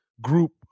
group